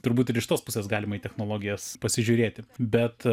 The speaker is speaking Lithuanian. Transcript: turbūt ir iš tos pusės galima į technologijas pasižiūrėti bet